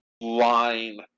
line